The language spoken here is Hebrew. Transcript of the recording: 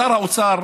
שר האוצר